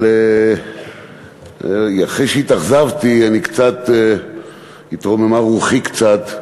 אבל אחרי שהתאכזבתי, התרוממה רוחי קצת.